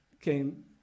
came